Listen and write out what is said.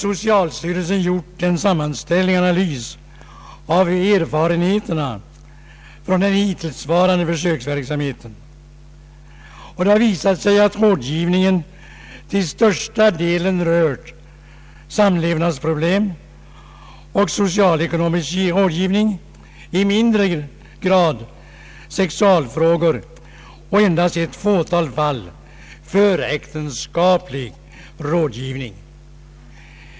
Socialstyrelsen har gjort en sammanställning och en analys av erfarenheterna från den hittillsvarande försöksverksamheten med familjerådgivning. Det har visat sig att rådgivningen till största delen rört samlevnadsproblem och socialekonomisk rådgivning och i mindre utsträckning sexualfrågor och i endast ett fåtal fall föräktenskapliga frågor.